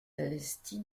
investi